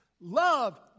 love